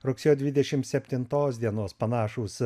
rugsėjo dvidešimt septintos dienos panašūs